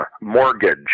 mortgage